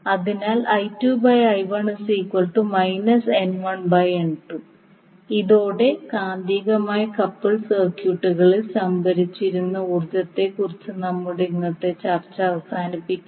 അതിനാൽ ഇതോടെ കാന്തികമായി കപ്പിൾഡ് സർക്യൂട്ടുകളിൽ സംഭരിച്ചിരിക്കുന്ന ഊർജ്ജത്തെക്കുറിച്ച് നമ്മളുടെ ഇന്നത്തെ ചർച്ച അവസാനിപ്പിക്കാം